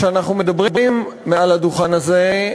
כשאנחנו מדברים מעל הדוכן הזה,